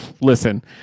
listen